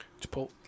Chipotle